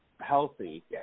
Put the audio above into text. Healthy